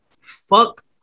Fuck